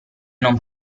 non